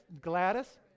Gladys